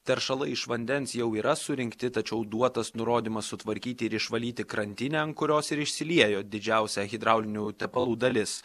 teršalai iš vandens jau yra surinkti tačiau duotas nurodymas sutvarkyti ir išvalyti krantinę ant kurios ir išsiliejo didžiausia hidraulinių tepalų dalis